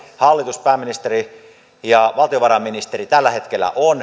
hallitus pääministeri ja valtiovarainministeri tällä hetkellä